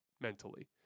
mentally